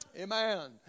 Amen